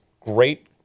great